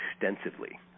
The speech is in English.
extensively